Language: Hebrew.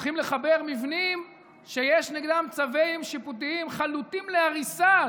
הולכים לחבר מבנים שיש נגדם צווים שיפוטיים חלוטים להריסה.